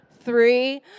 three